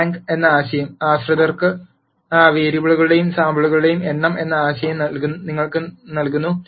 rank എന്ന ആശയം ആശ്രിത വേരിയബിളുകളുടെയോ സാമ്പിളുകളുടെയോ എണ്ണം എന്ന ആശയം നിങ്ങൾക്ക് നൽകുന്നു